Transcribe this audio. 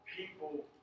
people